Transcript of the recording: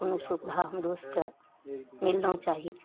कोनो सुविधा हमरो सभकेँ मिलना चाही